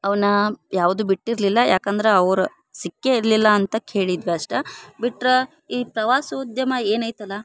ಅವುನ್ನ ಯಾವುದು ಬಿಟ್ಟಿರಲಿಲ್ಲ ಯಾಕಂದ್ರ ಅವ್ರ ಸಿಕ್ಕೇ ಇರಲಿಲ್ಲ ಅಂತ ಕೇಳಿದ್ವಿ ಅಷ್ಟ ಬಿಟ್ರ ಈ ಪ್ರವಾಸೋದ್ಯಮ ಏನೈತಲ್ಲಾ